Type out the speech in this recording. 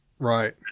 Right